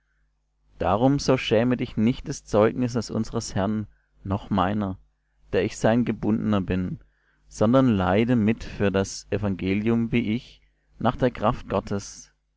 darum so schäme dich nicht des zeugnisses unsers herrn noch meiner der ich sein gebundener bin sondern leide mit für das evangelium wie ich nach der kraft gottes